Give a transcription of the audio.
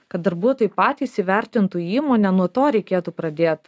kad darbuotojai patys įvertintų įmonę nuo to reikėtų pradėti